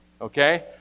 okay